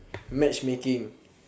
matchmaking